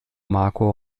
marco